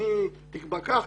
תקבע כך,